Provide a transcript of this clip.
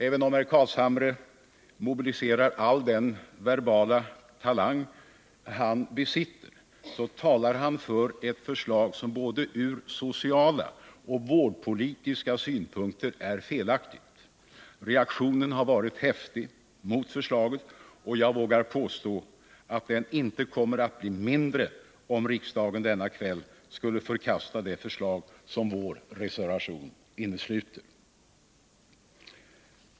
Även om herr Carlshamre mobiliserar all den verbala talang han besitter så talar han för ett förslag som både ur sociala och ur vårdpolitiska synpunkter är felaktigt. Reaktionen har varit häftig mot förslaget, och jag vågar påstå att den inte kommer att bli mindre om riksdagen denna kväll skulle förkasta det förslag som vår reservation innesluter.